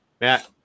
Matt